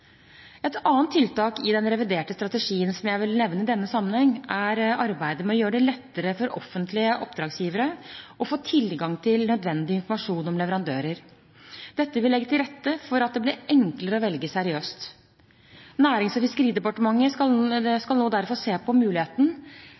Et annet tiltak i den reviderte strategien som jeg vil nevne i denne sammenheng, er arbeidet med å gjøre det lettere for offentlige oppdragsgivere å få tilgang til nødvendig informasjon om leverandører. Dette vil legge til rette for at det blir enklere å velge seriøst. Nærings- og fiskeridepartementet skal